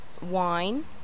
wine